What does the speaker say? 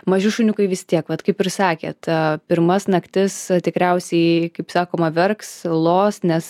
maži šuniukai vis tiek vat kaip ir sekėt pirmas naktis tikriausiai kaip sakoma verks los nes